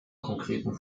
konkreten